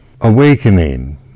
Awakening